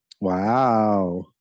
Wow